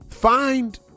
Find